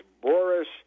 Boris